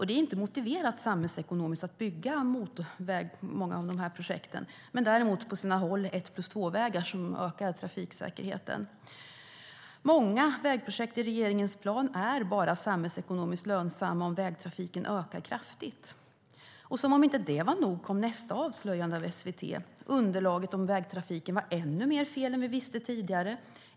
Det är inte samhällsekonomiskt motiverat att bygga många av de här projekterade motorvägarna, däremot på sina håll 1+2-vägar för att öka trafiksäkerheten. Många vägprojekt i regeringens plan är samhällsekonomiskt lönsamma bara om vägtrafiken ökar kraftigt. Som om inte detta var nog kom nästa avslöjande i SVT. Underlaget för vägtrafiken var ännu mer fel än vad vi visste tidigare.